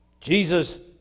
Jesus